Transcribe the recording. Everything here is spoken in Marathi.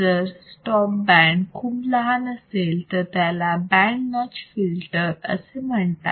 जर स्टॉप बँड खूप लहान असेल तर याला बँड नॉच फिल्टर असे म्हणतात